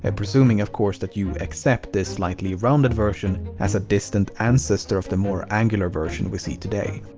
and presuming, of course, that you accept this slightly rounded version as a distant ancestor of the more angular version we see today.